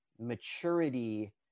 maturity